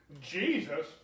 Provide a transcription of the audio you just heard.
Jesus